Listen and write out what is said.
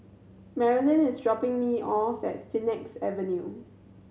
Marlyn is dropping me off at Phoenix Avenue